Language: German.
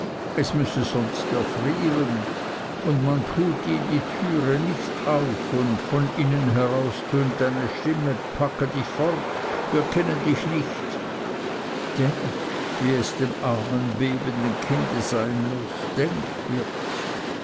es müsse sonst erfrieren und man tut ihm die türe nicht auf und von innen her aus tönt eine stimme packe dich fort wir kennen dich nicht denk wie es dem armen bebenden kinde sein muß denk wirt